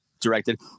directed